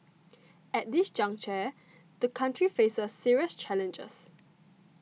at this juncture the country faces serious challenges